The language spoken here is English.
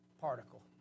particle